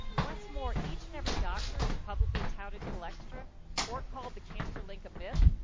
once more, each and every doctor who publicly touted cholextra or called the cancer link a myth,